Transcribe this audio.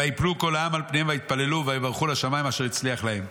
וייפלו כל העם על פניהם ויתפללו ויברכו לשמיים אשר הצליח להם.